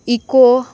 eco